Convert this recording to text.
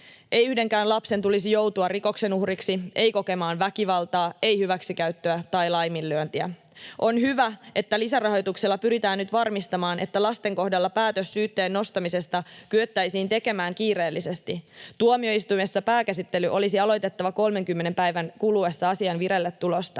Ei yhdenkään lapsen tulisi joutua rikoksen uhriksi, ei kokemaan väkivaltaa, ei hyväksikäyttöä tai laiminlyöntiä. On hyvä, että lisärahoituksella pyritään nyt varmistamaan, että lasten kohdalla päätös syytteen nostamisesta kyettäisiin tekemään kiireellisesti. Tuomioistuimessa pääkäsittely olisi aloitettava 30 päivän kuluessa asian vireilletulosta.